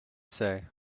say